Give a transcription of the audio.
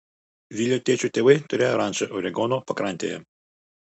vilio tėčio tėvai turėjo rančą oregono pakrantėje